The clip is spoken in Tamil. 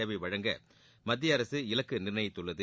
சேவைகள் வழங்க மத்திய அரசு இலக்கு நிர்ணயித்துள்ளது